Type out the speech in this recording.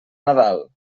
nadal